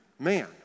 Man